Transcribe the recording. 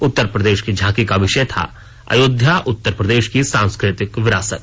उत्तर प्रदेश की झांकी का विषय था अयोध्या उत्तर प्रदेश की सांस्कृतिक विरासत